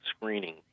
screening